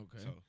Okay